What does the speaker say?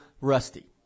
rusty